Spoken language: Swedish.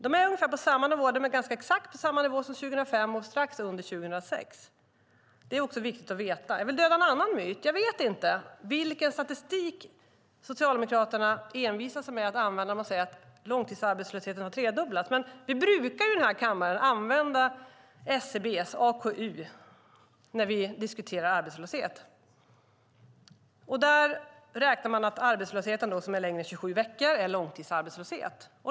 De är på ganska exakt samma nivå som 2005 och strax under 2006 års nivå. Det är också viktigt att veta. Jag vill döda en annan myt. Jag vet inte vilken statistik Socialdemokraterna envisas med att använda när de säger att långtidsarbetslösheten har tredubblats. Vi brukar i den här kammaren använda SCB:s AKU när vi diskuterar arbetslöshet. Där räknas arbetslöshet som är längre än 27 veckor som långtidsarbetslöshet.